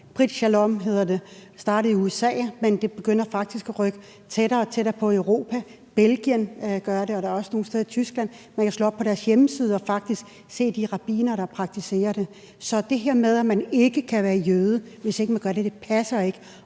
det. Det startede i USA, men det begynder faktisk at rykke tættere og tættere på i Europa. I Belgien gør man det, og der er også nogle steder i Tyskland. Man kan slå op på deres hjemmeside og faktisk se de rabbinere, der praktiserer det. Så det her med, at man ikke kan være jøde, hvis ikke man gør det, passer ikke.